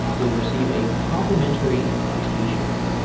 you will receive a complimentary t-shirt.